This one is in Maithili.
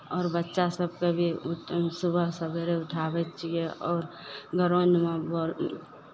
आओर बच्चासभकेँ भी सुबह सवेरे उठाबै छियै आओर गरममे बड़ ई